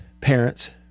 parents